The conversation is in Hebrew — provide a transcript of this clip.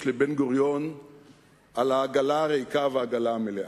לבן-גוריון על העגלה הריקה ועל העגלה המלאה.